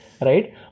right